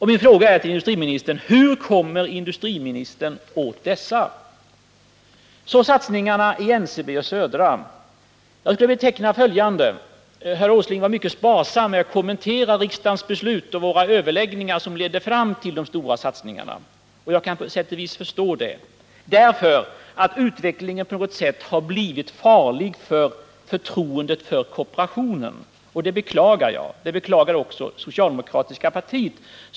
Min fråga till industriministern är: Hur kommer industriministern åt dessa? Så till satsningarna i NCB och Södra Skogsägarna. Herr Åsling var mycket sparsam med att kommentera riksdagens beslut och våra överläggningar som ledde fram till de stora satsningarna. Jag kan på sätt och vis förstå det, därför att utvecklingen på något sätt har blivit farlig för förtroendet för kooperationen. Det beklagar jag. Det beklagar också det socialdemokratiska partiet.